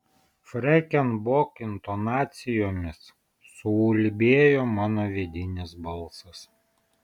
freken bok intonacijomis suulbėjo mano vidinis balsas